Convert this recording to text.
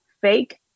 fake